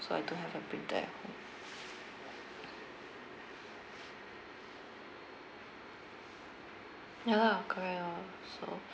so I don't have a printer at home ya lah correct lor so